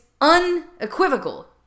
unequivocal